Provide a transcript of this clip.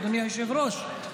אדוני היושב-ראש,